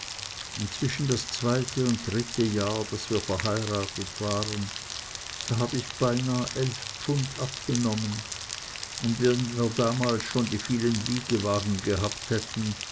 zwischen das zweite und dritte jahr daß wir verheiratet waren da hab ich beinah elf pfund abgenommen und wenn wir damals schon die vielen wiegewaagen gehabt hätten